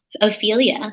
Ophelia